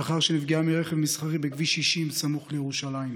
לאחר שנפגעה מרכב מסחרי בכביש 60 סמוך לירושלים.